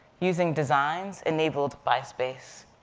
using designs enabled by space.